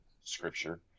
Scripture